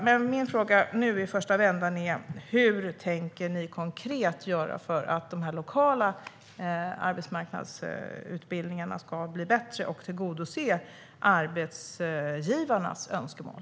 Men min fråga i första vändan är: Vad tänker ni konkret göra för att de lokala arbetsmarknadsutbildningarna ska bli bättre och tillgodose arbetsgivarnas önskemål?